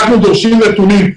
אנחנו דורשים נתונים.